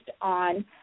on